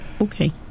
okay